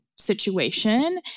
Situation